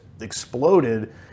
exploded